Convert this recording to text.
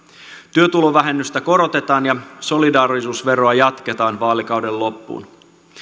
työtulovähennystä korotetaan ja solidaarisuusveroa jatketaan vaalikauden loppuun